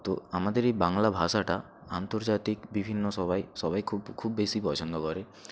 তো আমাদের এই বাংলা ভাষাটা আন্তর্জাতিক বিভিন্ন সবাই সবাই খুব খুব বেশি পছন্দ করে